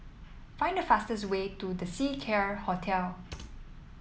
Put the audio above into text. find the fastest way to The Seacare Hotel